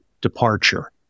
departure